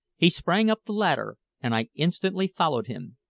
he sprang up the ladder, and i instantly followed him,